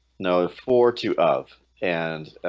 now ah for two of and